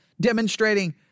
Demonstrating